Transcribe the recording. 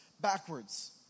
backwards